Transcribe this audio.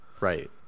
right